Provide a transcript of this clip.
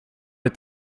est